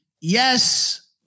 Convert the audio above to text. yes